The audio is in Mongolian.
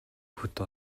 хүйтэн